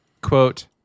Quote